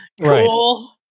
cool